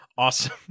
Awesome